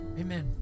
Amen